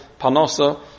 panasa